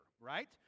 right